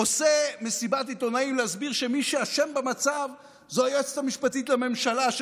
עושה מסיבת עיתונאים להסביר שמי שאשם במצב זה היועצת המשפטית לממשלה,